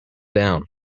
down